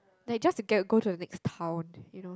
like just to get go to the next town you know